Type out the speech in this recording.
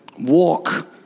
Walk